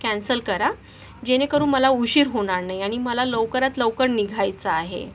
cancel करा जेणेकरून मला उशीर होणार नाही आणि मला लवकरात लवकर निघायचं आहे